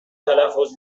تلفظ